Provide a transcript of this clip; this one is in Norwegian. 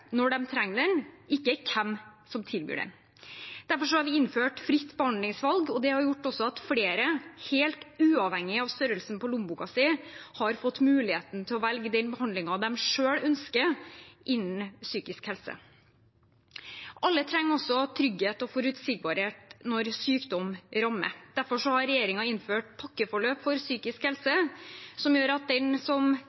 når de trenger den, ikke hvem som tilbyr den. Derfor har vi innført fritt behandlingsvalg, og det har gjort at flere helt uavhengig av størrelsen på lommeboka har fått muligheten til å velge den behandlingen de selv ønsker innen psykisk helse. Alle trenger trygghet og forutsigbarhet når sykdom rammer. Derfor har regjeringen innført pakkeforløp for psykisk helse